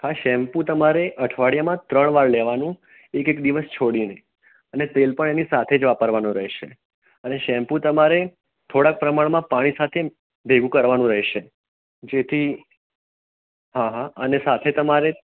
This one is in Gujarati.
હા શેમ્પુ તમારે અઠવાડિયામાં ત્રણ વાર લેવાનું એક એક દિવસ છોડીને અને તેલ પણ એની સાથે જ વાપરવાનું રહેશે અને શેમ્પુ તમારે થોડાક પ્રમાણમાં પાણી સાથે ભેગું કરવાનું રહેશે જેથી અને હા હા સાથે તમારે